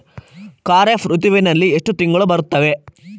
ಖಾರೇಫ್ ಋತುವಿನಲ್ಲಿ ಎಷ್ಟು ತಿಂಗಳು ಬರುತ್ತವೆ?